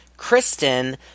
Kristen